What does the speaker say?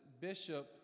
bishop